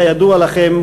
כידוע לכם,